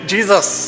Jesus